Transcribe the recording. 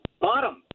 bottom